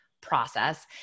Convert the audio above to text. process